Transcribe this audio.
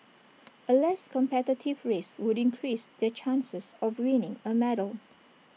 A less competitive race would increase their chances of winning A medal